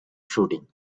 shooting